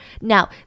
Now